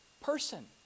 person